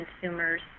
consumers